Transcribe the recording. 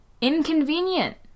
inconvenient